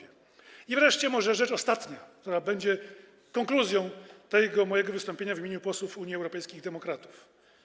I wreszcie może rzecz ostatnia, która będzie konkluzją tego mojego wystąpienia w imieniu posłów Unii Europejskich Demokratów.